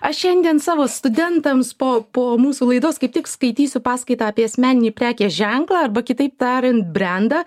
aš šiandien savo studentams po po mūsų laidos kaip tik skaitysiu paskaitą apie asmeninį prekės ženklą arba kitaip tariant brendą